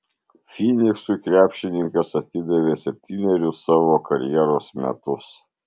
fyniksui krepšininkas atidavė septynerius savo karjeros metus